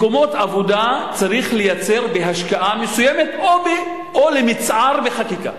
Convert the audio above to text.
מקומות עבודה צריך לייצר בהשקעה מסוימת או למצער בחקיקה.